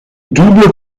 double